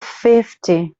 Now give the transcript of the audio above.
fifty